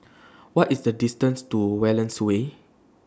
What IS The distance to Wallace Way